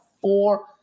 four